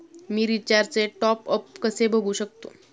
मी रिचार्जचे टॉपअप कसे बघू शकतो?